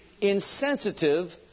insensitive